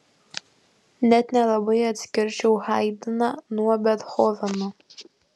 net nelabai atskirčiau haidną nuo bethoveno